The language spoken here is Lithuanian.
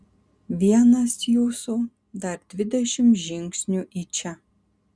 vienas jūsų dar dvidešimt žingsnių į čia